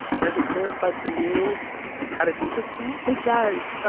there's a clarified for you how to do this thing it does.